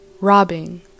Robbing